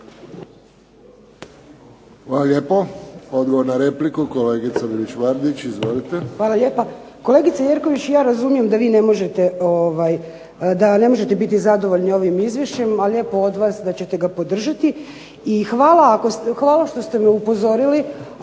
Hvala lijepo. Odgovor na repliku kolegica Bilić Vardić. Izvolite. **Bilić Vardić, Suzana (HDZ)** Hvala lijepa. Kolegice Jerković, ja razumijem da vi ne možete, da ne možete biti zadovoljni ovim izvješćem, ali lijepo od vas da ćete ga podržati. I hvala što ste me upozorili,